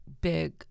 big